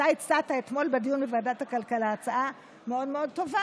אתה הצעת אתמול בדיון בוועדת הכלכלה הצעה מאוד מאוד טובה,